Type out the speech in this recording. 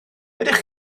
ydych